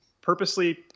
purposely